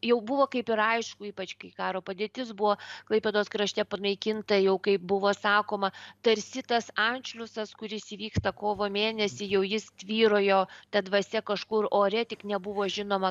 jau buvo kaip ir aišku ypač kai karo padėtis buvo klaipėdos krašte panaikinta jau kaip buvo sakoma tarsi tas anšliusas kuris įvyksta kovo mėnesį jau jis tvyrojo ta dvasia kažkur ore tik nebuvo žinoma